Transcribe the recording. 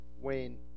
Wayne